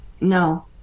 No